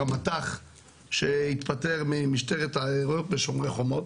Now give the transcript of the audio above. המת"ח שהתפטר ממשטרת עיירות בשומר חומות.